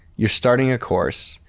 you are starting a course.